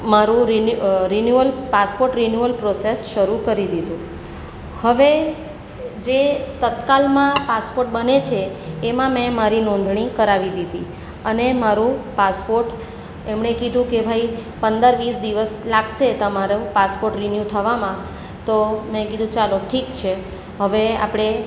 મારું renewal passport renewal process શરૂ કરી દીધું હવે જે તત્કાલમાં પાસપોટ બને છે એમાં મેં મારી નોંધણી કરાવી દીધી અને મારું પાસપોટ એમણે કીધું કે ભાઈ પંદર વીસ દિવસ લાગશે તમારું પાસપોટ રિન્યૂ થવામાં તો મેં કીધું ચાલો ઠીક છે હવે આપણે